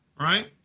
right